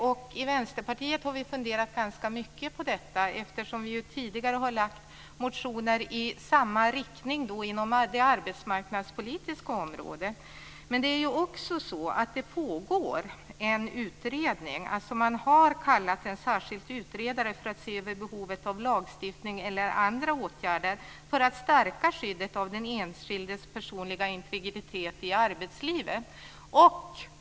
Vi i Vänsterpartiet har funderat ganska mycket på detta, eftersom vi tidigare har lagt fram motioner i samma riktning inom det arbetsmarknadspolitiska området. Men det pågår en utredning. Man har alltså kallat en särskild utredare för att se över behovet av lagstiftning eller andra åtgärder för att skyddet av den enskildes personliga integritet i arbetslivet ska stärkas.